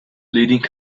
leading